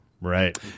Right